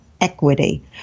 equity